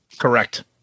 Correct